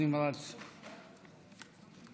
חברי הכנסת,